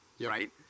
Right